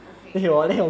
okay